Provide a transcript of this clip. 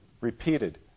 Repeated